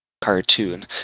cartoon